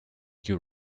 you